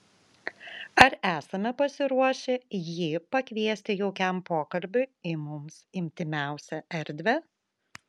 ar esame pasiruošę jį pakviesti jaukiam pokalbiui į mums intymiausią erdvę